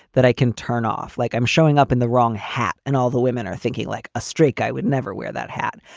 that i can turn off like i'm showing up in the wrong hat. and all the women are thinking like a straight guy would never wear that hat.